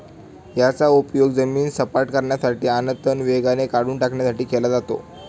याचा उपयोग जमीन सपाट करण्यासाठी आणि तण वेगाने काढून टाकण्यासाठी केला जातो